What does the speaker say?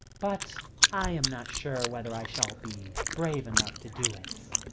but i am not sure whether i shall be brave enough to do it.